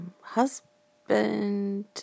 husband